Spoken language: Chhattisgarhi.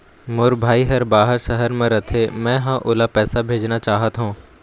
मोर भाई हर बाहर शहर में रथे, मै ह ओला पैसा भेजना चाहथों